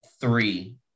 three